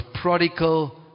prodigal